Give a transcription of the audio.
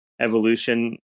evolution